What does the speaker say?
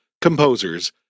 composers